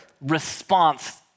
response